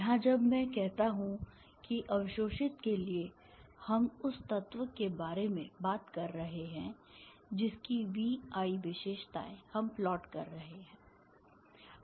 यहां जब मैं कहता हूं कि अवशोषित के लिए हम उस तत्व के बारे में बात कर रहे हैं जिसकी V I विशेषताएँ हम प्लॉट कर रहे हैं